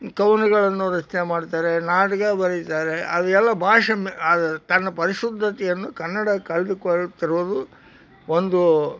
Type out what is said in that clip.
ಕವನಗಳನ್ನು ರಚನೆ ಮಾಡ್ತಾರೆ ನಾಟಕ ಬರೀತಾರೆ ಅದೆಲ್ಲ ಭಾಷೆ ಮೇ ತನ್ನ ಪರಿಶುದ್ಧತೆಯನ್ನು ಕನ್ನಡ ಕಳೆದುಕೊಳ್ಳುತ್ತಿರುವುದು ಒಂದು